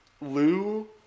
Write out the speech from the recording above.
Lou